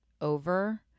over